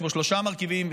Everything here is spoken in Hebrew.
יש בו שלושה מרכיבים,